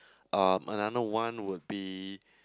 um another one would be